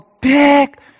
big